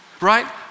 right